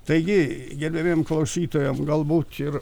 taigi gerbiamiem klausytojam galbūt ir